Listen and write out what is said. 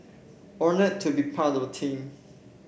honoured to be part of the team